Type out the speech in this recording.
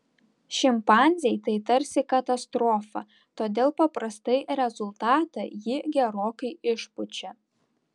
šimpanzei tai tarsi katastrofa todėl paprastai rezultatą ji gerokai išpučia